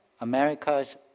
America's